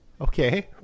okay